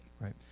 Right